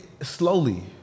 Slowly